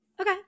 okay